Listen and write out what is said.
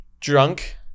drunk